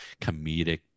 comedic